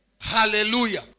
Hallelujah